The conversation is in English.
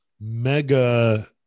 mega